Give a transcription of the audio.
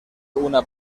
una